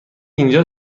اینجا